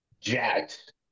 jacked